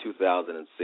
2006